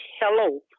hello